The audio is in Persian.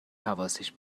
حواسش